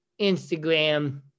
Instagram